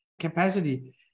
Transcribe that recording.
capacity